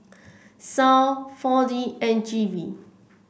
SAL Four D and G V